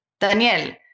Daniel